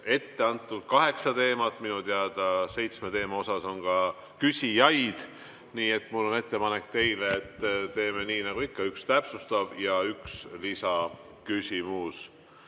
ette antud kaheksa teemat, minu teada seitsme teema kohta on ka küsijaid. Nii et mul on ettepanek teile, et teeme nii nagu ikka: üks täpsustav ja üks lisaküsimus.